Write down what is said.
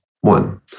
one